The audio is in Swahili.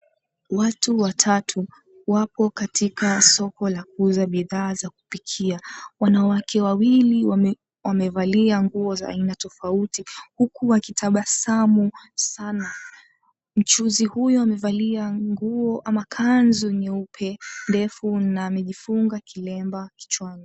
Watu watatu wako katika soko la kuuza bidhaa za kupikia. Wanawake wawili wamevalia nguo za aina tofauti huku wakitabasamu sana. Mchuuzi huyo amevalia nguo ama kanzu nyeupe ndefu na amejifunga kilemba kichwani.